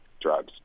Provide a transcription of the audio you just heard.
drugs